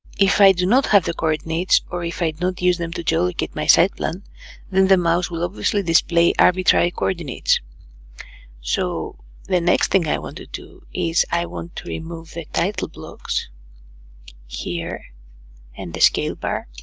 if i do not have the coordinates or if i do not use them to geolocate my site plan then the mouse will obviously display arbitrary coordinates so the next thing i want to do is i want to remove the title blocks here and the scale bar